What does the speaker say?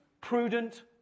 prudent